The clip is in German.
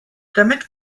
damit